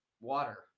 water